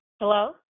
Hello